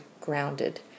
grounded